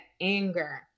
anger